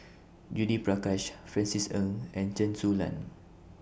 Judith Prakash Francis Ng and Chen Su Lan